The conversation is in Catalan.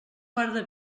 guarda